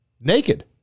naked